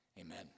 Amen